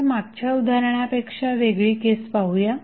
आपल्या मागच्या उदाहरणापेक्षा वेगळी केस पाहूया